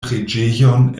preĝejon